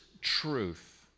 truth